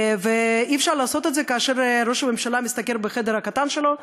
ואי-אפשר לעשות את זה כאשר ראש הממשלה מסתגר בחדר הקטן שלו ואומר: